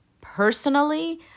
Personally